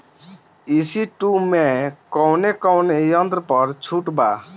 ई.सी two मै कौने कौने यंत्र पर छुट बा?